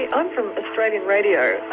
i'm from australian radio.